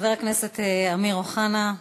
חבר הכנסת אמיר אוחנה,